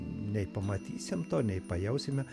nei pamatysim to nei pajausime